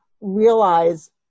realize